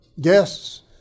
guests